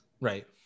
Right